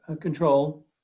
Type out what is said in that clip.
control